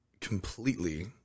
completely